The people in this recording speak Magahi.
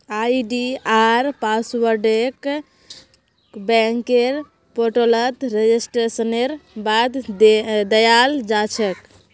आई.डी.आर पासवर्डके बैंकेर पोर्टलत रेजिस्ट्रेशनेर बाद दयाल जा छेक